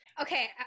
Okay